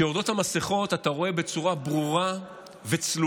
כשיורדות המסכות אתה רואה בצורה ברורה וצלולה